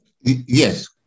Yes